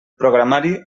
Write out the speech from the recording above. programari